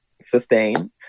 sustain